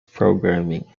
programming